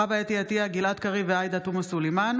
חוה אתי עטייה, גלעד קריב ועאידה תומא סלימאן